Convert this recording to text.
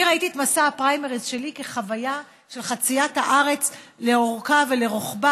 אני ראיתי את מסע הפריימריז שלי כחוויה של חציית הארץ לאורכה ולרוחבה,